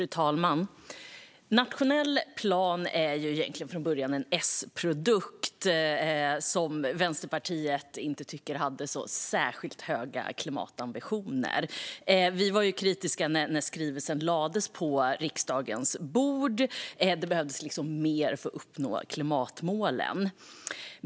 Fru talman! Nationell plan var från början en S-produkt, som Vänsterpartiet inte tyckte hade särskilt höga klimatambitioner. Vi var kritiska när skrivelsen lades på riksdagens bord, för det behövdes mer för att uppnå klimatmålen.